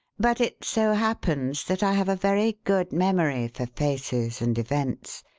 but it so happens that i have a very good memory for faces and events,